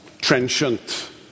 trenchant